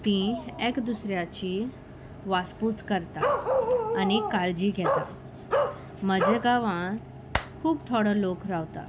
ती एक दुसऱ्याची वासपूस करता आनी काळजी घेता म्हजे गांवांत खूब थोडो लोक रावता